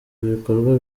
ibikorwa